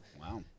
Wow